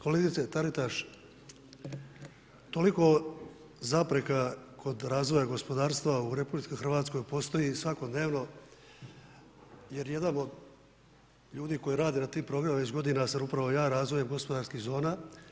Kolegice Taritaš, toliko zapreka kod razvoja gospodarstva u RH postoji svakodnevno jer jedan od ljudi koji rade na tim programima sam upravo ja, razvojem gospodarskih zona.